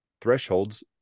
thresholds